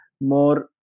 more